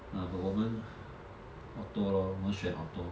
啊我们 auto lor 我们选 auto